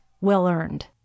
well-earned